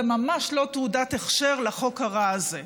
זה ממש לא תעודת הכשר לחוק הרע הזה.